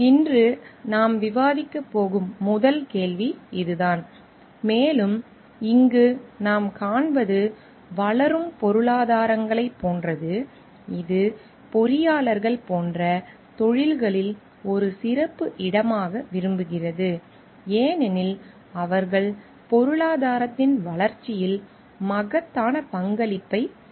இன்று நாம் விவாதிக்கப் போகும் முதல் கேள்வி இதுதான் மேலும் இங்கு நாம் காண்பது வளரும் பொருளாதாரங்களைப் போன்றது இது பொறியாளர்கள் போன்ற தொழில்களில் ஒரு சிறப்பு இடமாக விரும்புகிறது ஏனெனில் அவர்கள் பொருளாதாரத்தின் வளர்ச்சியில் மகத்தான பங்களிப்பைச் செய்கிறார்கள்